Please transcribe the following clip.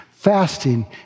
fasting